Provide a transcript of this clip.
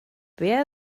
wer